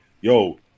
Yo